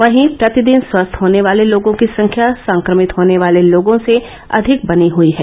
वहीं प्रतिदिन स्वस्थ होने वाले लोगों की संख्या संक्रमित होने वाले लोगों से अधिक बनी हयी है